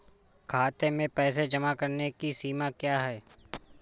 खाते में पैसे जमा करने की सीमा क्या है?